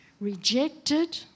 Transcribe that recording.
rejected